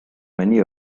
many